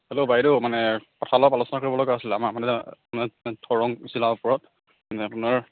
hello বাইদেউ মানে কথা অলপ আলোচনা কৰিব লগা আছিলে আমাৰ মানে দৰং জিলাৰ ওপৰত মানে আপোনাৰ